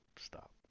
stop